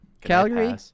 Calgary